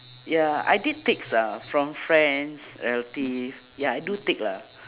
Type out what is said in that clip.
ya I did takes lah from friends relatives ya I do take lah